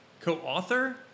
Co-author